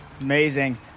Amazing